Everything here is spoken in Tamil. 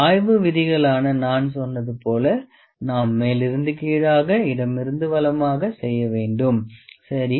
ஆய்வு விதிகளான நான் சொன்னது போல் நாம் மேலிருந்து கீழாக இடமிருந்து வலமாக செய்ய வேண்டும் சரி